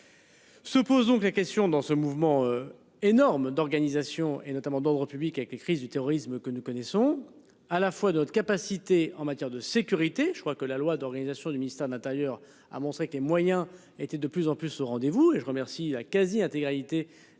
Se pose donc la question dans ce mouvement énorme d'organisation et notamment d'ordre public avec la crise du terrorisme que nous connaissons à la fois de notre capacité en matière de sécurité, je crois que la loi d'organisation du ministère de l'Intérieur a montré que les moyens étaient de plus en plus au rendez-vous et je remercie la quasi-intégralité.